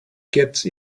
get